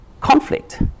conflict